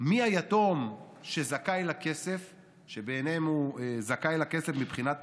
מי היתום שבעיניהם זכאי לכסף מבחינת